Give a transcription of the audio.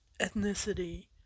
ethnicity